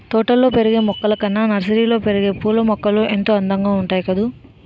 తోటల్లో పెరిగే మొక్కలు కన్నా నర్సరీలో పెరిగే పూలమొక్కలు ఎంతో అందంగా ఉంటాయి కదూ